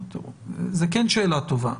זאת כן שאלה טובה.